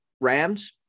Rams